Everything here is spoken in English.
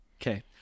Okay